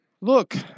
look